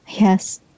Yes